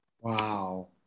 Wow